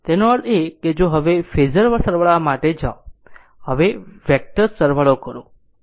તેનો અર્થ એ કે હવે જો ફેઝર સરવાળા માટે જાઓ અથવા હવે વેક્ટર સરવાળો કરો